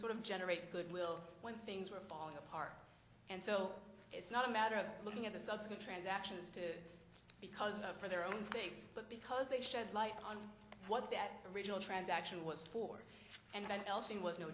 sort of generate goodwill when things were falling apart and so it's not a matter of looking at the subsequent transactions to it's because of for their own sakes but because they shed light on what that original transaction was for and else it was no